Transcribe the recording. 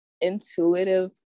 intuitive